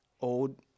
old